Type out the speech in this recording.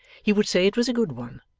he would say it was a good one,